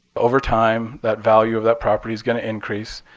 over time, that value of that property is going to increase.